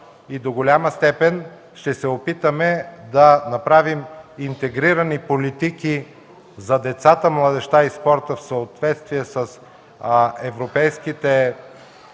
и до голяма степен ще се опитаме да направим интегрирани политики за децата, младежта и спорта в съответствие с „Европа